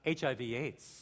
HIV-AIDS